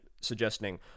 suggesting